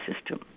system